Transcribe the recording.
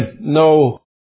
No